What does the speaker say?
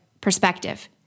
perspective